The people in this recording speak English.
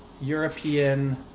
european